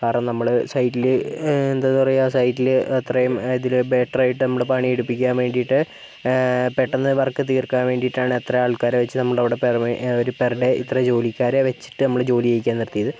കാരണം നമ്മള് സൈറ്റില് എന്താ പറയുക സൈറ്റില് അത്രയും ഇതില് ബെറ്റർ ആയിട്ടും നമ്മള് പണി എടുപ്പിക്കാൻ വേണ്ടിയിട്ട് പെട്ടെന്ന് വർക്ക് തീർക്കാൻ വേണ്ടിയിട്ടാണ് അത്ര ആൾക്കാരെ വെച്ച് നമ്മള് നമ്മളവിടെ അവിടെ ഒരു പേർ ഡേ ഇത്ര ജോലിക്കാരെ വെച്ചിട്ട് നമ്മള് ജോലി ചെയ്യിക്കാൻ നിർത്തിയത്